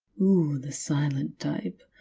ooh, the silent type.